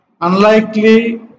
unlikely